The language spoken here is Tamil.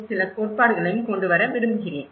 Chhaya சில கோட்பாடுகளையும் கொண்டு வர விரும்புகிறேன்